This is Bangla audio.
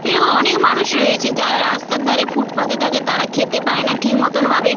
এরকম অনেক মানুষ রয়েছে যারা রাস্তার ধারে ফুটপাতে থাকে তারা খেতে পায় না ঠিক মতনভাবে